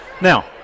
Now